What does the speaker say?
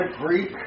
Greek